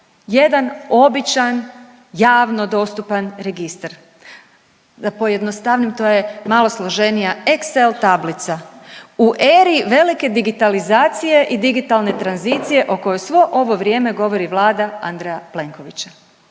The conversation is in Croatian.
jedan običan javno dostupan registar, da pojednostavim to je malo složenija Excel tablica u eri velike digitalizacije i digitalne tranzicije o kojoj svo ovo vrijeme govori Vlada Andreja Plenkovića.